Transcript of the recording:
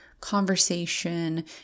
conversation